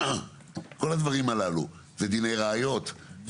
כל הדינים הללו, זה דיני ראיות?